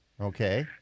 Okay